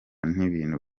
n’ibintu